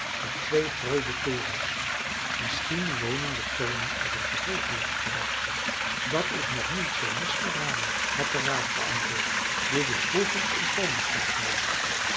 met twee grove torens misschien wonen de koning en zijn gevolg hier had hij gezegd dat is nog niet zoo misgeraden had de raaf geantwoord dit is vroeger een koningsstad geweest